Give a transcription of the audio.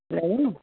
पहिरों